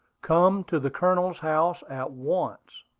come to the colonel's house at once.